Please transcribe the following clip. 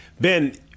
Ben